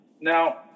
Now